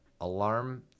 alarm